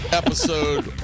episode